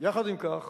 יחד עם כך